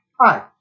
hi